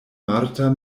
marta